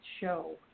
show